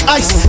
ice